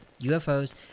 UFOs